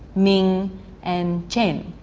ming and chen.